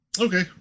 Okay